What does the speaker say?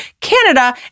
Canada